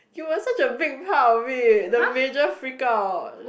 you are such a big part of it the major freak out